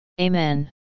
Amen